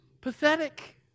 pathetic